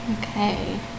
Okay